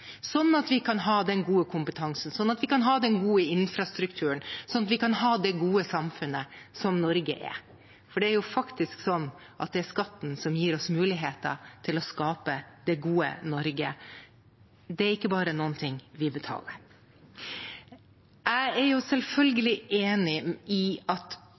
sånn at vi kan ha den gode kompetansen, sånn at vi kan ha den gode infrastrukturen, sånn at vi kan ha det gode samfunnet som Norge er. Det er jo faktisk sånn at det er skatten som gir oss muligheter til å skape det gode Norge, det er ikke bare noe vi betaler. Jeg er selvfølgelig enig i at